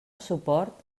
suport